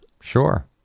sure